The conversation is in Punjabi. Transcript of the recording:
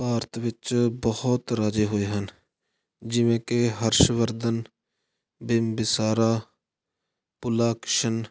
ਭਾਰਤ ਵਿੱਚ ਬਹੁਤ ਰਾਜੇ ਹੋਏ ਹਨ ਜਿਵੇਂ ਕਿ ਹਰਸ਼ਵਰਧਨ ਬਿਮ ਬਿਸਾਰਾ ਭੁਲਾਕਸ਼ਣ